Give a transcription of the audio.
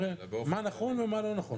מה נכון ומה לא נכון.